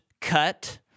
cut